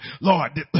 Lord